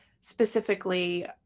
specifically